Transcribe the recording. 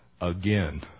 again